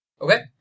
Okay